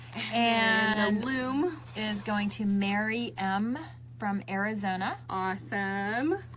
and loom is going to mary m. from arizona. awesome,